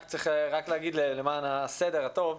רק צריך להגיד למען הסדר הטוב,